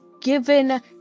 given